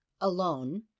Alone